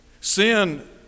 Sin